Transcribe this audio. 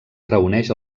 reuneix